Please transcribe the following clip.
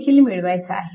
देखील मिळवायचा आहे